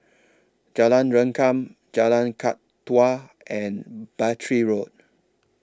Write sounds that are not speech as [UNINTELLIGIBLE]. Jalan Rengkam Jalan [UNINTELLIGIBLE] and Battery Road